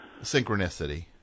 Synchronicity